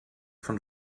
von